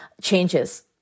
changes